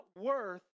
worth